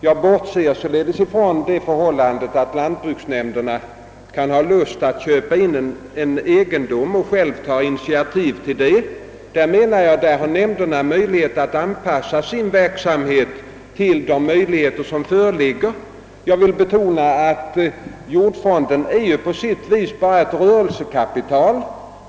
Jag bortser således från de fall då lantbruksnämnderna kan ha intresse att köpa in fas tigheter och själva tar initiativ till detta. På den punkten kan nämnderna anpassa sin verksamhet till de möjligheter som föreligger. Jag vill betona att jordfonden på sitt sätt bara är ett rörelsekapital.